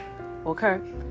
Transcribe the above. Okay